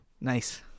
Nice